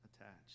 attached